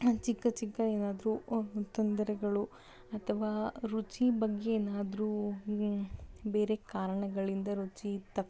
ಚಿಕ್ಕ ಚಿಕ್ಕ ಏನಾದ್ರೂ ತೊಂದರೆಗಳು ಅಥವಾ ರುಚಿ ಬಗ್ಗೆ ಏನಾದ್ರೂ ಬೇರೆ ಕಾರಣಗಳಿಂದ ರುಚಿ ತಕ್ಕ